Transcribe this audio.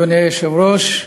אדוני היושב-ראש,